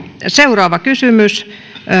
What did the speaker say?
seuraava kysymys